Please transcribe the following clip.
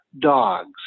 dogs